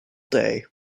day